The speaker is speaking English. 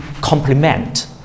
complement